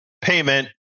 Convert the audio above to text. payment